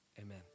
Amen